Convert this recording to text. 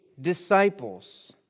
disciples